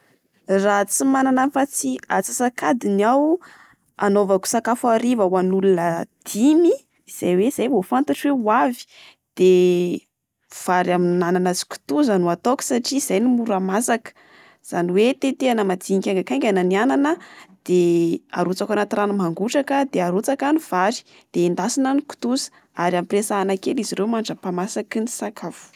Raha tsy manana afa-tsy atsasakadiny aho anaovako sakafo hariva ho an'olona dimy, izay hoe izay vo fantatro hoe ho avy, de vary amin'anana sy kitoza no ataoko. Satria zay no mora masaka. Izany hoe tetehana madinika haingakaingana ny anana de arotsaka ao anaty rano mangotraka, de arotsaka ny vary, de endasina ny kitoza ary ampiresahina kely izy ireo mandrapaha-masaky ny sakafo.